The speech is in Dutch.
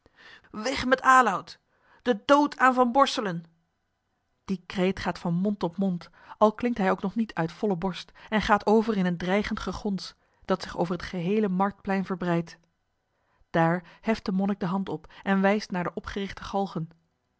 weg met aloud den dood aan van borselen die kreet gaat van mond tot mond al klinkt hij ook nog niet uit volle borst en gaat over in een dreigend gegons dat zich over het geheele marktplein verbreidt daar heft de monnik de hand op en wijst naar de opgerichte galgen